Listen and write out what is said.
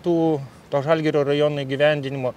tų to žalgirio rajono įgyvendinimo